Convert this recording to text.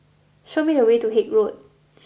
show me the way to Haig Road